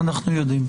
אנחנו יודעים.